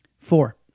Four